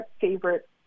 favorite